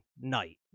night